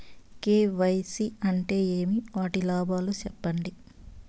KYC అంటే ఏమి? వాటి లాభాలు సెప్పండి?